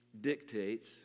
dictates